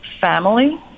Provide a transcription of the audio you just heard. family